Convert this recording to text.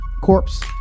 Corpse